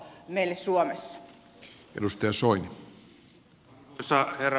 arvoisa herra puhemies